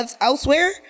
elsewhere